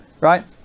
right